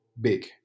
big